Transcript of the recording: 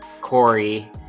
Corey